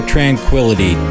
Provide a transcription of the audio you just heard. Tranquility